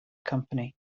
company